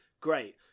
great